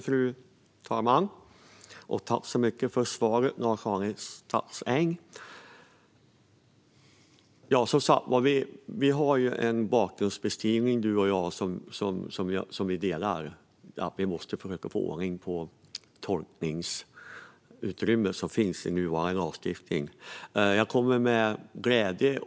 Fru talman! Jag tackar Lars-Arne Staxäng för svaret. Vi är överens om bakgrundsbeskrivningen och att vi måste försöka få ordning på det tolkningsutrymme som finns i nuvarande lagstiftning.